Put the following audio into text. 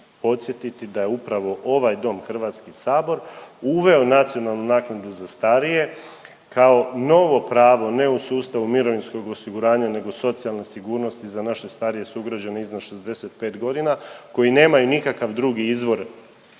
podsjetiti da je upravo ovaj dom Hrvatski sabor uveo nacionalnu naknadu za starije kao novo pravo ne u sustavu mirovinskog osiguranja nego socijalne sigurnosti za naše starije sugrađane iznad 65 godina koji nemaju nikakav drugi izvor